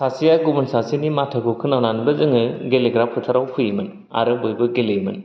सासेया गुबुन सासेनि माथोखौ खोनानैबो जोङो गेलेग्रा फोथाराव फैयोमोन आरो बयबो गेलेयोमोन